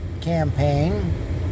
campaign